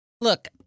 look